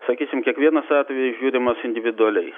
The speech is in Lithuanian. sakysim kiekvienas atvejis žiūrimas individualiai